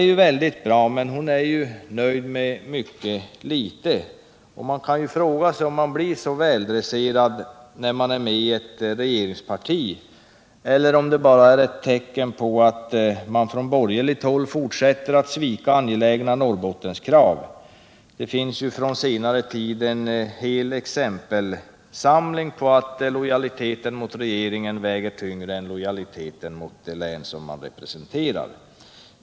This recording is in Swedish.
Det är väldigt bra, men hon är ju nöjd med mycket litet, och det finns anledning att ställa frågan, om man blir så väl dresserad när man är med i ett regeringsparti eller om det bara är ett tecken på att man från borgerligt håll fortsätter att svika angelägna Norrbottenskrav. Det finns från senare tid en hel samling exempel på att lojaliteten mot regeringen väger tyngre än lojaliteten mot det län som man representerar.